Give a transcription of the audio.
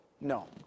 No